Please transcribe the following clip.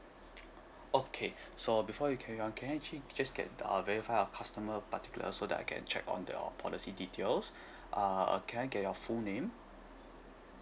okay so before you carry on can I actually just get ah verified your customer particular so that I can check on your policy details uh can I get your full name